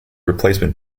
replacement